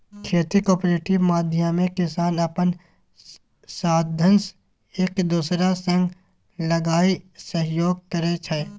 खेतीक कॉपरेटिव माध्यमे किसान अपन साधंश एक दोसरा संग लगाए सहयोग करै छै